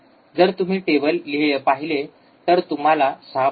जर तुम्ही टेबल पाहिले तर तुम्हाला ६